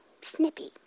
Snippy